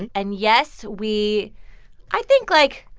and and yes, we i think, like,